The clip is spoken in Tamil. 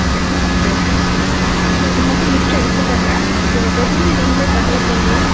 அப்படிங்ளா சரிங்க இப்போ இதுமட்டும் லிஸ்ட் எடுத்துக்கங்க ஸோ டெலிவரி நீங்களே பண்ணிருவீங்களா